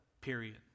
period